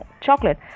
chocolate